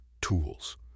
tools